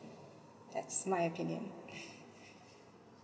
that's my opinion